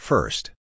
First